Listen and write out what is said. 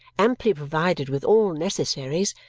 amply provided with all necessaries,